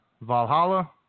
Valhalla